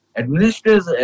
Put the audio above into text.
administrators